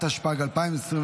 התשפ"ג 2023,